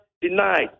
denied